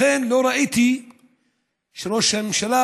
לא ראיתי שראש ממשלה,